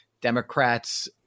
Democrats